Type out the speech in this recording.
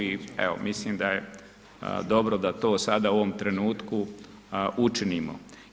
I evo mislim da je dobro da to sada u ovom trenutku učinimo.